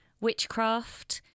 witchcraft